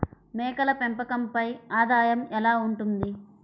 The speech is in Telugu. మేకల పెంపకంపై ఆదాయం ఎలా ఉంటుంది?